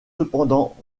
cependant